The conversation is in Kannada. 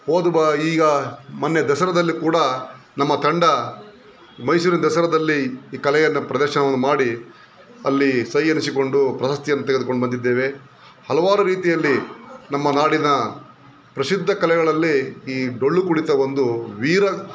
ಹೋದ ಬಾ ಈಗ ಮೊನ್ನೆ ದಸರದಲ್ಲಿ ಕೂಡ ನಮ್ಮ ತಂಡ ಮೈಸೂರಿನ ದಸರದಲ್ಲಿ ಈ ಕಲೆಯನ್ನು ಪ್ರದರ್ಶನವನ್ನು ಮಾಡಿ ಅಲ್ಲಿ ಸೈ ಎನಿಸಿಕೊಂಡು ಪ್ರಶಸ್ತಿಯನ್ನು ತೆಗೆದುಕೊಂಡು ಬಂದಿದ್ದೇವೆ ಹಲವಾರು ರೀತಿಯಲ್ಲಿ ನಮ್ಮ ನಾಡಿನ ಪ್ರಸಿದ್ಧ ಕಲೆಗಳಲ್ಲಿ ಈ ಡೊಳ್ಳು ಕುಣಿತ ಒಂದು ವೀರ